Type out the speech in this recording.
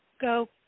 go